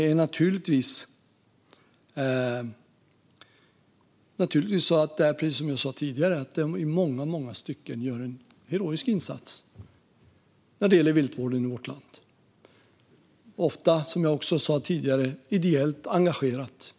Jo, naturligtvis därför att de, som jag sa tidigare, i långa stycken gör en heroisk insats när det gäller viltvården i vårt land. Som jag sa tidigare handlar det också ofta om ett ideellt engagemang. Fru talman!